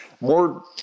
more